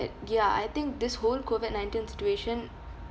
but ya I think this whole COVID-nineteen situation